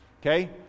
Okay